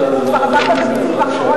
כבר עבר בתקציב האחרון,